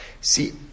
see